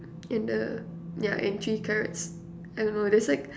and the yeah and three carrots I don't know there's like